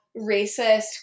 racist